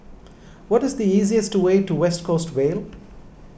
what is the easiest way to West Coast Vale